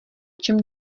čem